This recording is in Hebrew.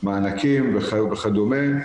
מענקים וכדומה.